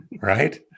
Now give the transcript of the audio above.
Right